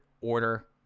order